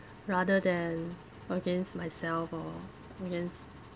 rather than against myself or against